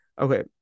Okay